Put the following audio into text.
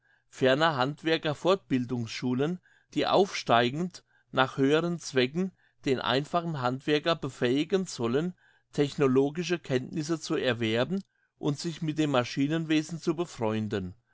ferner handwerker fortbildungsschulen die aufsteigend nach höheren zwecken den einfachen handwerker befähigen sollen technologische kenntnisse zu erwerben und sich mit dem maschinenwesen zu befreunden